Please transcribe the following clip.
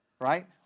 Right